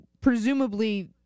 presumably